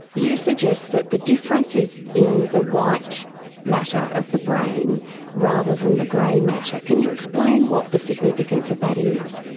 you suggest that the difference is in the white matter of the brain rather than the grey matter. can you explain what the significance of that is?